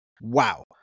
Wow